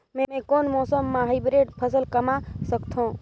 मै कोन मौसम म हाईब्रिड फसल कमा सकथव?